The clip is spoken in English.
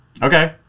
Okay